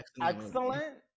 excellent